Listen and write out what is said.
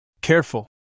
Careful